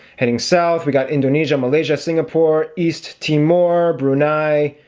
heading south we got indonesia malaysia, singapore east timor brunei